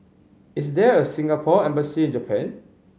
is there a Singapore Embassy in Japan